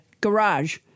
garage